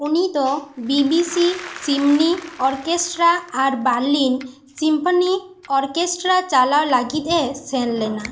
ᱩᱱᱤ ᱫᱚ BBC symphony orchestra ᱟᱨ ᱵᱟᱨᱞᱤᱱ ᱥᱤᱢᱯᱷᱚᱱᱤ ᱚᱨᱠᱮᱥᱴᱨᱟ ᱪᱟᱞᱟᱣ ᱞᱟᱹᱜᱤᱫ ᱮ ᱥᱮᱱ ᱞᱮᱱᱟ